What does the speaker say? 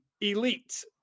elite